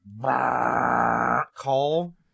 call